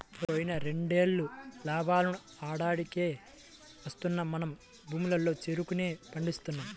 పోయిన రెండేళ్ళు లాభాలు ఆడాడికే వత్తన్నా మన భూముల్లో చెరుకునే పండిస్తున్నాం